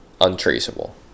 Untraceable